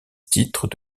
titres